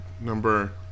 Number